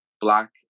black